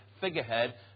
figurehead